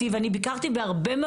מחסנים גם